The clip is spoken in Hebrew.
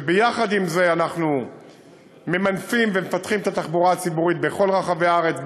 וביחד עם זה אנחנו ממנפים ומפתחים את התחבורה הציבורית בכל רחבי הארץ,